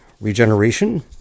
Regeneration